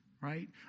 right